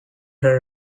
her